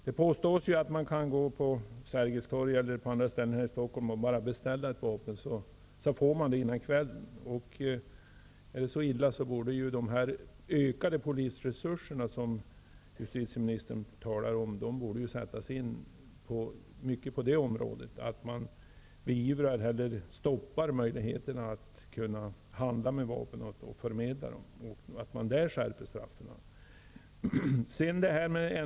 Det påstås att man kan gå på Sergels torg eller andra ställen här i Stockholm och bara beställa ett vapen och att man då får det innan kvällen. Är det så illa, borde de ökade polisresurser som justitieministern talar om i hög grad sättas in på det området för att stoppa möjligheterna att handla med vapen och förmedla dem. Man bör alltså skärpa straffen på det området.